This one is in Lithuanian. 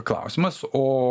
klausimas o